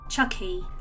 Chucky